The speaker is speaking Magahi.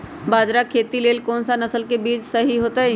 बाजरा खेती के लेल कोन सा नसल के बीज सही होतइ?